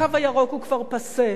ש"הקו הירוק" הוא כבר פאסה.